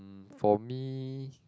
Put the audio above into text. for me